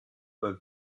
beim